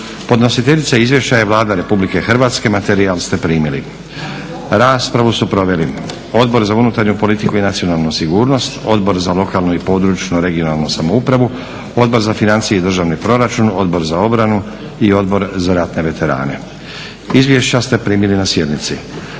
Podnositeljica izvješća je Vlada RH. Materijal ste primili. Raspravu su proveli Odbor za unutarnju politiku i nacionalnu sigurnost, Odbor za lokalnu i područnu regionalnu samoupravu, Odbor za financije i državni proračun, Odbor za obranu i Odbor za ratne veterane. Izvješća ste primili na sjednici.